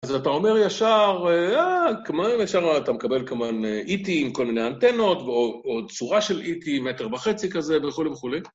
אז אתה אומר ישר, אה, כמובן ישר אתה מקבל כמובן E.T. עם כל מיני אנטנות, או צורה של E.T. מטר וחצי כזה, וכולי וכולי.